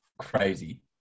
crazy